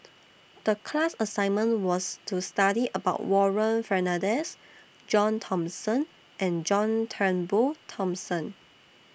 The class assignment was to study about Warren Fernandez John Thomson and John Turnbull Thomson